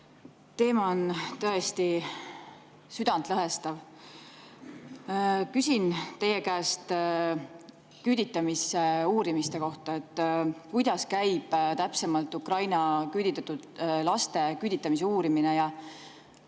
Teema on tõesti südantlõhestav. Küsin teie käest küüditamise uurimise kohta. Kuidas käib täpsemalt küüditatud Ukraina laste küüditamise uurimine ja